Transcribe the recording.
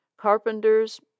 Carpenters